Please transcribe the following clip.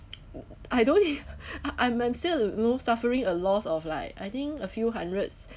I don't eh uh I'm I'm still lo~ suffering a loss of like I think a few hundreds